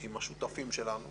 עם השותפים שלנו,